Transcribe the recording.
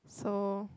so